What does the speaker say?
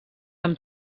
amb